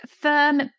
firm